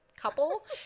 couple